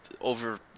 over